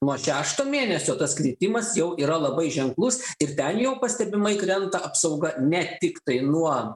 nuo šešto mėnesio tas kritimas jau yra labai ženklus ir ten jau pastebimai krenta apsauga ne tiktai nuo